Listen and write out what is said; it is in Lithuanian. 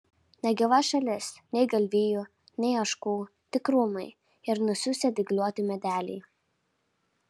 negyva šalis nei galvijų nei ožkų tik krūmai ir nususę dygliuoti medeliai